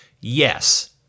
Yes